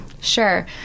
Sure